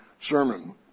sermon